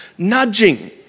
Nudging